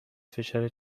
فشار